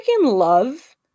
love